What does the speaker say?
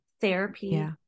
therapy